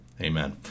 Amen